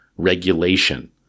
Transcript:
regulation